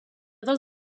del